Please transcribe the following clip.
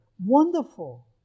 Wonderful